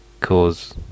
cause